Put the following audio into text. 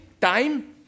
time